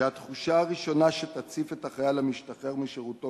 שהתחושה הראשונה שתציף את החייל המשתחרר משירותו